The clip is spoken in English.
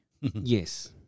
Yes